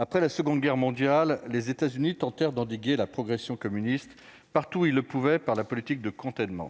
après la Seconde Guerre mondiale, les États-Unis tentèrent d'endiguer la progression communiste partout où ils le pouvaient, la politique dite de .